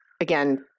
again